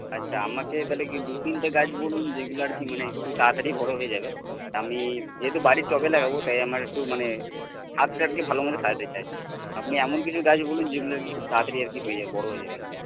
আচ্ছা আমাকে তাহলে কি দু তিনটে গাছ বলুন যেগুলো আর কি মানে একটু তাড়াতাড়ি বড় হয়ে যাবে তা আমি যেহেতু বাড়ির টবে লাগাব তাই আমার একটু মানে ছাদটা আর কি ভালো মতো সাজাতে চাই আপনি এমন কিছু গাছ বলুন যেগুলো কি খুব তাড়াতাড়ি আর কি হয়ে যায় বড় হয়ে যাবে আর কি